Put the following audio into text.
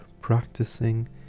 practicing